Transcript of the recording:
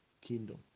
kingdom